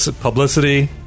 publicity